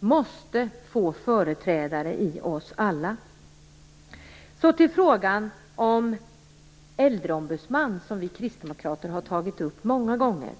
måste få företrädare i oss alla. Så över till frågan om en äldreombudsman som vi Kristdemokrater har tagit upp många gånger.